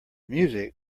music